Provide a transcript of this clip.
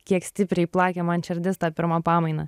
kiek stipriai plakė man širdis tą pirmą pamainą